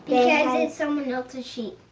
yeah because it's someone else's sheep.